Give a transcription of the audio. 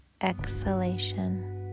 exhalation